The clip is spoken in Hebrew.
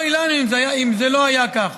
אוי לנו אם זה לא היה כך,